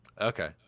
Okay